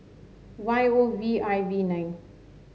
Y O V I V nine